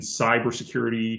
cybersecurity